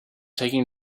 taking